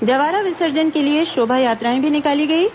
जवारा विसर्जन के लिए शोभायात्राएं भी निकाली गईं